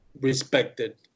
respected